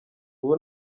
ubu